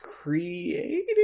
created